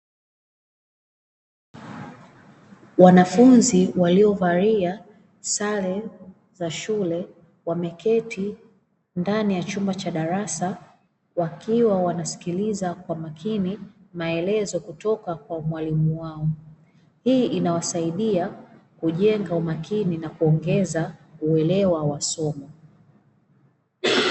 Wanafunzi waliovalia sare za shule wameketi ndani ya chumba cha darasa wakiwa wanasikiliza kwa makini maelezo kutoka kwa mwalimu wao. Hii inawasaidia kujenga umakini na kuongeza uelewa wa somo.